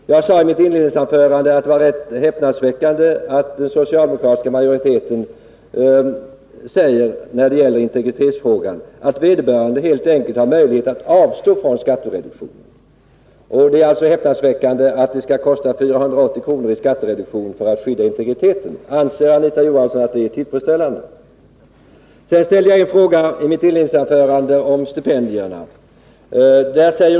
Jag sade i mitt inledningsanförande att det var rätt häpnadsväckande att den socialdemokratiska majoriteten när det gäller integritetsfrågan säger att de som det gäller helt enkelt har möjlighet att avstå från skattereduktion. Det är häpnadsväckande att det när det gäller skattereduktion skall kosta 480 kr. att skydda integriteten. Anser Anita Johansson att detta är tillfredsställande? Jag ställde i mitt inledningsanförande en fråga om stipendierna.